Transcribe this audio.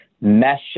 Mesh